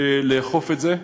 לאכוף את זה.